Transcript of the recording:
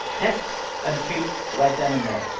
test and treat right then and there.